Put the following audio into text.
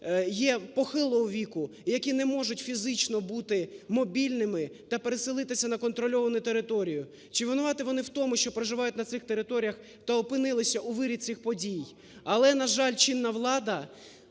є похилого віку, які не можуть фізично бути мобільними та переселитися на контрольовану територію, чи винуваті вони в тому, що проживають на цих територіях та опинилися у вирі цих подій? Але, на жаль, чинна влада